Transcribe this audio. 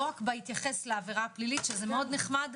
לא רק בהתייחס לעבירה הפלילית שזה מאוד נחמד.